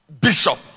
bishop